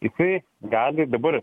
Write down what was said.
jisai gali dabar